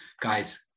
guys